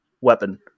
weapon